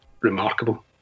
remarkable